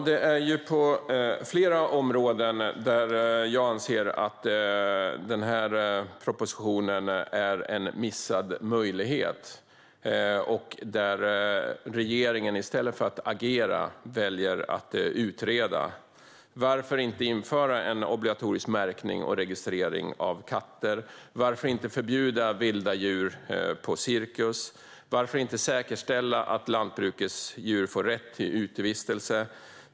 Fru talman! Jag anser att denna proposition på flera områden är en missad möjlighet. I stället för att agera väljer regeringen att utreda. Varför inför man inte en obligatorisk märkning och registrering av katter? Varför förbjuder man inte vilda djur på cirkus? Varför säkerställer man inte att lantbrukets djur får rätt till utevistelse?